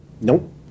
Nope